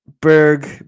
Berg